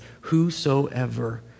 Whosoever